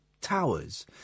towers